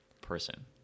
person